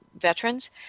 veterans